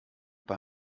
bei